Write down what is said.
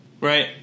right